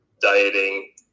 dieting